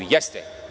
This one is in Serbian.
Jeste.